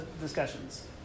discussions